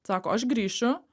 sako aš grįšiu